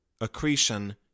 accretion